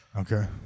Okay